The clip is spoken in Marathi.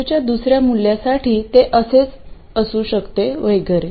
V2 च्या दुसर्या मूल्यासाठी ते असेच असू शकते वगैरे